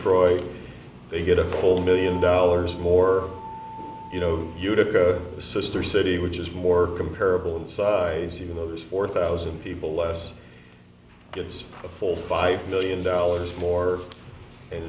intro they get a whole million dollars more you know utica sister city which is more comparable in size you know there's four thousand people less gets a full five million dollars more